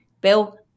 Bill